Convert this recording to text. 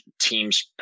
team's